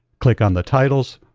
click on the titles,